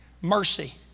mercy